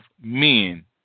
men